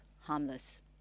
harmless